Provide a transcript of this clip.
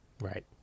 Right